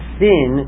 sin